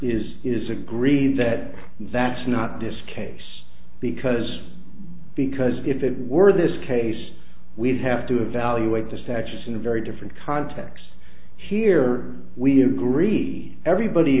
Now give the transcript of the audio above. is agreed that that's not disc a case because because if it were this case we'd have to evaluate the statutes in a very different context here we agree everybody